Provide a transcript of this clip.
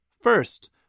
First